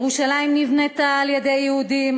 ירושלים נבנתה על-ידי יהודים,